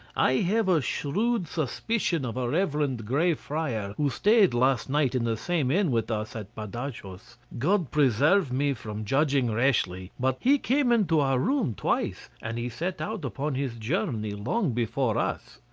i have a shrewd suspicion of a reverend grey friar, who stayed last night in the same inn with us at badajos. god preserve me from judging rashly, but he came into our room twice, and he set out upon his journey long before us.